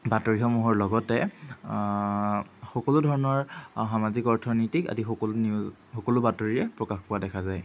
বাতৰিসমূহৰ লগতে সকলো ধৰণৰ সামাজিক অৰ্থনীতিক আদি সকলো নিউ সকলো বাতৰিয়ে প্ৰকাশ পোৱা দেখা যায়